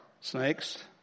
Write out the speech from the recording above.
snakes